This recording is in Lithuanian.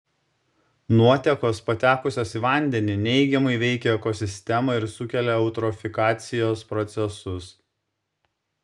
nuotekos patekusios į vandenį neigiamai veikia ekosistemą ir sukelia eutrofikacijos procesus